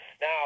Now